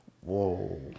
Whoa